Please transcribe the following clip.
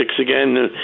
again